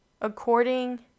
according